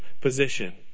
position